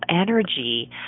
energy